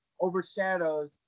overshadows